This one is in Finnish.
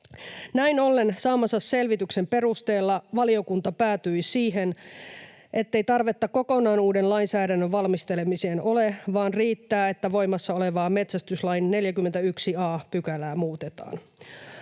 Näin ollen saamansa selvityksen perusteella valiokunta päätyi siihen, ettei tarvetta kokonaan uuden lainsäädännön valmistelemiseen ole, vaan riittää, että voimassa olevaa metsästyslain 41 a §:ää muutetaan.